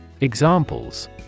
Examples